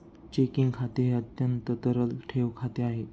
checking खाते हे अत्यंत तरल ठेव खाते आहे